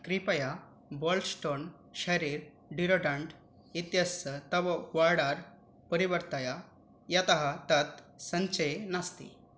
कृपया world stone शरीरं deodorant इत्यस्य तव वोर्डर् परिवर्तय यतः तत् सञ्चये नस्ति